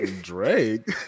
Drake